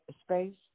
space